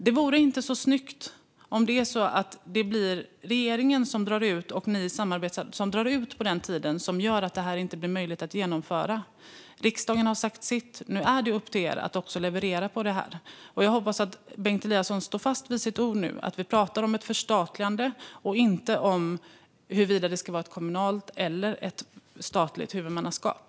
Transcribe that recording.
Det vore inte så snyggt om regeringen och ni samarbetspartier nu drar ut på tiden på ett sätt som gör att detta inte blir möjligt att genomföra. Riksdagen har sagt sitt. Nu är det upp till er att leverera. Jag hoppas att Bengt Eliasson nu står fast vid sitt ord och att vi därmed pratar om ett förstatligande, inte om huruvida det ska vara ett kommunalt eller ett statligt huvudmannaskap.